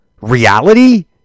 reality